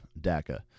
DACA